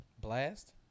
Blast